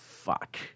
Fuck